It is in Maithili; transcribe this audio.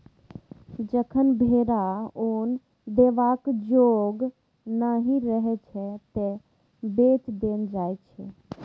जखन भेरा उन देबाक जोग नहि रहय छै तए बेच देल जाइ छै